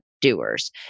doers